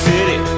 City